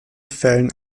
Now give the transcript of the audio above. fällen